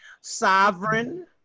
sovereign